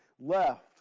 left